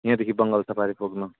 यहाँदेखि बङ्गाल सफारी पुग्नु